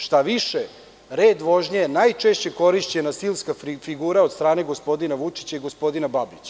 Šta više, „red vožnje“ je najčešće korišćena stilska figura od strane gospodina Vučića i gospodina Babića.